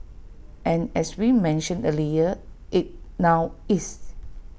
and as we mentioned earlier IT now is